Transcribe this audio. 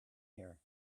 here